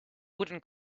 wooden